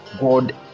God